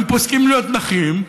הם פוסקים להיות נכים.